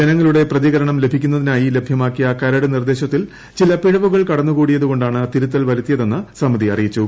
ജനങ്ങളുടെ പ്രതികരണം ലഭിക്കുന്നതിനായി ലഭ്യമാക്കിയ കരട് നിർദ്ദേശത്തിൽ ചില പിഴവുകൾ കടന്നുകൂടിയതുകൊണ്ടാണ് തിരുത്തൽ വരുത്തിയതെന്ന് സമിതി അറിയിച്ചു